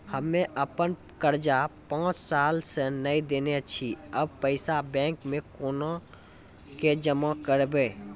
हम्मे आपन कर्जा पांच साल से न देने छी अब पैसा बैंक मे कोना के जमा करबै?